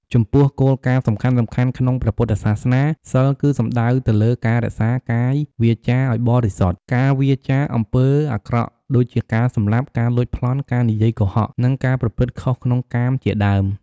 ចំពោះគោលការណ៍សំខាន់ៗក្នុងព្រះពុទ្ធសាសនា សីលគឺសំដៅទៅលើការរក្សាកាយវាចាឲ្យបរិសុទ្ធ ការវៀរចាកអំពើអាក្រក់ដូចជាការសម្លាប់ ការលួចប្លន់ ការនិយាយកុហក និងការប្រព្រឹត្តខុសក្នុងកាមជាដើម។